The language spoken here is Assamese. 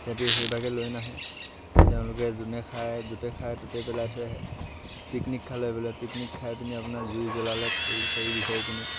সিহঁতে সেইবাগে লৈ নাহে তেওঁলোকে যোনে খাই য'তে খাই ত'তে পেলাই থৈ আহে পিকনিক খালে বোলে পিকনিক খাই পিনি আপোনাৰ জুই জ্বলালে খৰি চৰি বিচাৰি পিনি